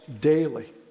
daily